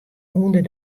ûnder